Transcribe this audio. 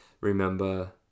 remember